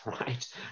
right